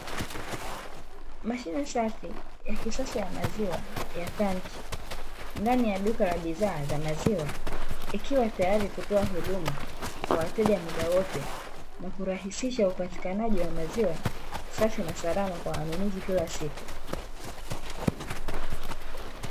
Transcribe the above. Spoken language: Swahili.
Mashine safi ya kisasa ya maziwa ya tachi ndani ya duka la bidhaa za maziwa ikiwa tayari kutoa huduma kwa wateja muda wote na kurahisisha upatikanaji wa maziwa safi na salama kwa wanunuzi kila siku .